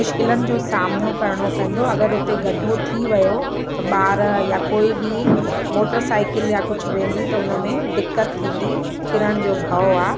मुश्किलनि जो सामनो करिणो पवंदो अगरि उते गड्ढो थी वियो त ॿार या कोई बि मोटर साइकिल या कुझु वेंदी त उन में दिक़त थींदी किरण जो भउ आहे